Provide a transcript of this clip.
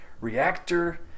reactor